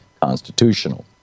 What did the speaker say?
constitutional